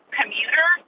commuter